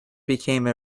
became